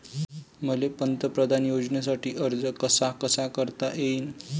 मले पंतप्रधान योजनेसाठी अर्ज कसा कसा करता येईन?